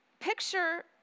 picture